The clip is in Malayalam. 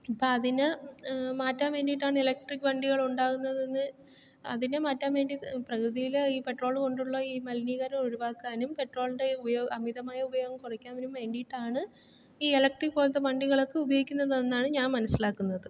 ഇപ്പം അതിന് മാറ്റാൻ വേണ്ടിയിട്ടാണ് ഇലക്ട്രിക് വണ്ടികൾ ഉണ്ടാകുന്നതെന്ന് അതിനെ മാറ്റാൻ വേണ്ടി പ്രകൃതിയില് ഈ പെട്രോള് കൊണ്ടുള്ള ഈ മലിനീകരണം ഒഴിവാക്കാനും പെട്രോളിൻ്റെ ഈ ഉപയോ അമിതമായ ഉപയോഗം കുറയ്ക്കാനും വേണ്ടിയിട്ടാണ് ഈ ഇലക്ട്രിക് പോലത്തെ വണ്ടികളൊക്കെ ഉപയോഗിക്കുന്നതെന്നാണ് ഞാൻ മനസ്സിലാക്കുന്നത്